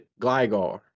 Gligar